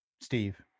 Steve